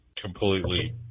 completely